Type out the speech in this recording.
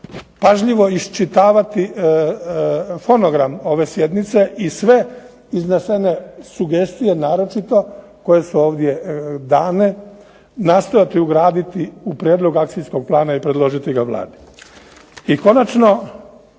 pažljivo iščitavati fonogram ove sjednice i sve iznesene sugestije naročito koje su ovdje dane nastojati ugraditi u prijedlog akcijskog plana i predložiti ga Vladi. I konačno